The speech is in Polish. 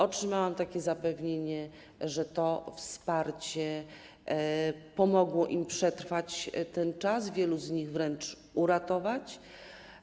Otrzymałam zapewnienie, że to wsparcie pomogło im przetrwać ten czas, wielu z nich wręcz uratowało.